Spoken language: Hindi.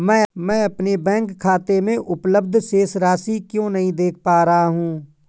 मैं अपने बैंक खाते में उपलब्ध शेष राशि क्यो नहीं देख पा रहा हूँ?